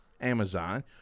Amazon